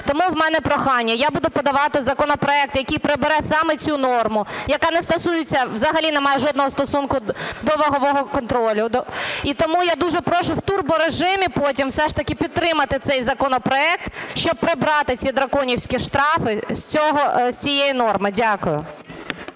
Тому у мене прохання. Я буду подавати законопроект, який прибере саме цю норму, яка не стосується, взагалі немає жодного стосунку до вагового контролю. І тому я дуже прошу в турборежимі потім все ж таки підтримати цей законопроект, щоб прибрати ці драконівські штрафи з цієї норми. Дякую.